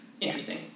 Interesting